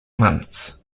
months